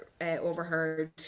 overheard